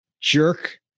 Jerk